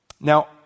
Now